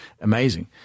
amazing